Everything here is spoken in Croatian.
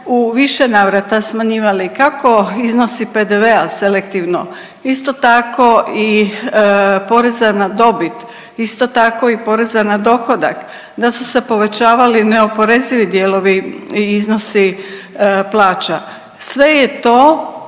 u više navrata smanjivali kako iznosi PDV-a selektivno, isto tako i poreza na dobit, isto tako i poreza na dohodak, da su se povećavali neoporezivi dijelovi i iznosi plaća. Sve je to